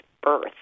birth